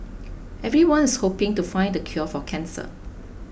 everyone's hoping to find the cure for cancer